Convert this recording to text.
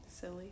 Silly